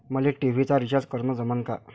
मले टी.व्ही चा रिचार्ज करन जमन का?